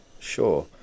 Sure